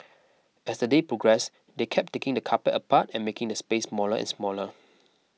as the day progressed they kept taking the carpet apart and making the space smaller and smaller